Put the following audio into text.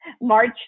march